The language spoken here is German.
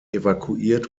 evakuiert